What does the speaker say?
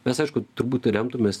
mes aišku turbūt remtumės